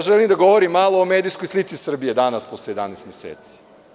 Želim da govorim malo o medijskoj slici Srbije danas, posle 11 meseci.